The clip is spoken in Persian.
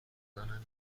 زننده